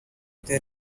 their